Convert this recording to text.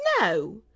No